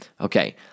Okay